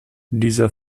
dieser